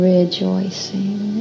Rejoicing